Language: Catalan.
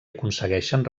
aconsegueixen